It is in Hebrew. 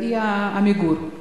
"עמיגור"